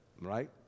right